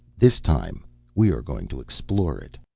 this time we are going to explore it!